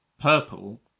purple